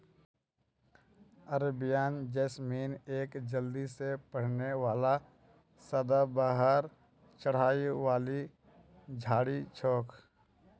Arabian jasmine एक जल्दी से बढ़ने वाला सदाबहार चढ़ाई वाली झाड़ी छोक